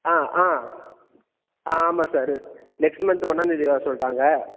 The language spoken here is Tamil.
ஆ ஆ ஆ ஆமாம் சார் நெக்ஸ்ட் மன்த் ஒன்றாந்தேதி வர சொல்லிட்டாங்க